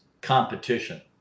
competition